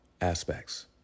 aspects